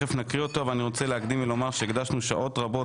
תכף נקריא אותו אבל אני רוצה להקדים ולומר שהקדשנו שעות רבות